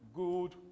good